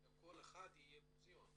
שלכל אחד יהיה מוזיאון.